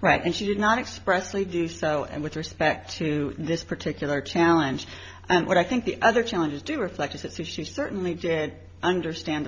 right and she did not express ladies so and with respect to this particular challenge and what i think the other challenges do reflect is that she certainly did understand